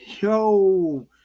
Yo